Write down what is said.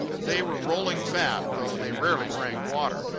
they were rolling fat, though they rarely drank water,